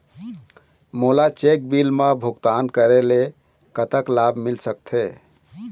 मोला cheque bill मा भुगतान करेले कतक लाभ मिल सकथे?